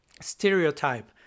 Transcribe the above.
stereotype